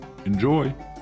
Enjoy